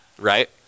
right